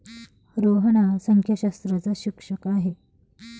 रोहन हा संख्याशास्त्राचा शिक्षक आहे